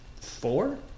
four